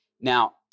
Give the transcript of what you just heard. Now